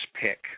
pick